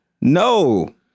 No